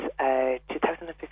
2015